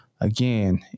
again